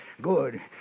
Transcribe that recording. Good